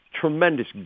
tremendous